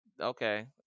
Okay